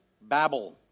babble